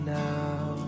now